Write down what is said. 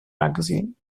magazine